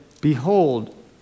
behold